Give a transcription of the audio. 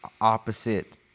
opposite